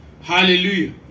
Hallelujah